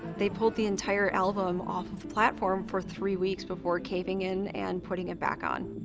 they pulled the entire album off of platform for three weeks before caving in and putting it back on.